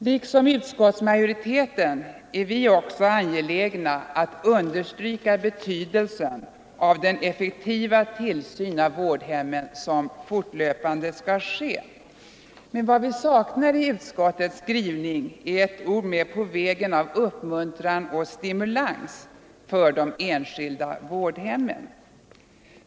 Liksom utskottsmajoriteten är vi angelägna att understryka betydelsen av den effektiva tillsyn av vårdhemmen som fortlöpande skall ske. Men vad vi saknar i utskottets skrivning är ett ord med på vägen av uppmuntran och stimulans för de enskilda vårdhemmen.